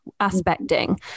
aspecting